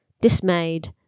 dismayed